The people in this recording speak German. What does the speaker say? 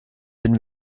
bin